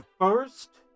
first